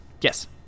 Yes